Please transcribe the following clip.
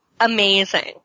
amazing